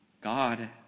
God